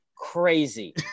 crazy